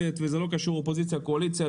זה לא קשור אופוזיציה או קואליציה.